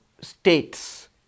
states